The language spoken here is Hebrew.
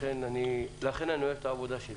לכן אני אוהב את העבודה שלי.